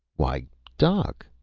why, doc,